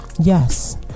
yes